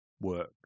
work